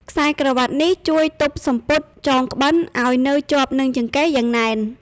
ខ្សែក្រវាត់នេះជួយទប់សំពត់ចងក្បិន ឱ្យនៅជាប់នឹងចង្កេះយ៉ាងណែន។